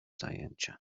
zajęcia